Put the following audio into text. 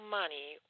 money